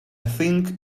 think